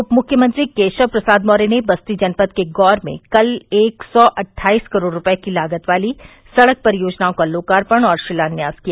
उपमुख्यमंत्री केशव प्रसाद मौर्य ने बस्ती जनपद के गौर में कल एक सौ अट्ठाईस करोड़ रूपये की लागत वाली सड़क परियोजनाओं का लोकार्पण और शिलान्यास किया